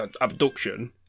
abduction